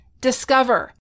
Discover